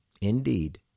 indeed